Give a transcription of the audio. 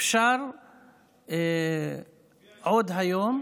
אפשר עוד היום,